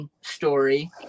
story